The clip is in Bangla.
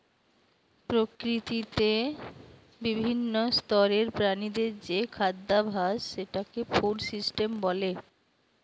প্রকৃতিতে বিভিন্ন স্তরের প্রাণীদের যে খাদ্যাভাস সেটাকে ফুড সিস্টেম বলে